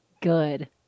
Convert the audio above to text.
good